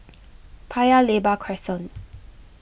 Paya Lebar Crescent